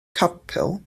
capel